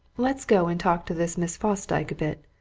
let's go and talk to this miss fosdyke a bit.